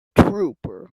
trooper